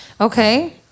Okay